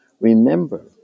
Remember